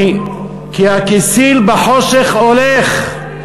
כי הכסיל בחושך הולך.